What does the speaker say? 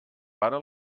para